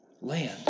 land